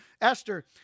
Esther